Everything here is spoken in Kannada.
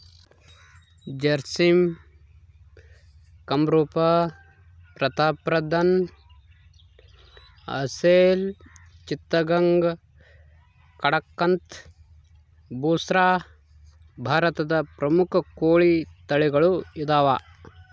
ಜರ್ಸಿಮ್ ಕಂರೂಪ ಪ್ರತಾಪ್ಧನ್ ಅಸೆಲ್ ಚಿತ್ತಗಾಂಗ್ ಕಡಕಂಥ್ ಬುಸ್ರಾ ಭಾರತದ ಪ್ರಮುಖ ಕೋಳಿ ತಳಿಗಳು ಇದಾವ